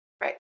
Right